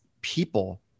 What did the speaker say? people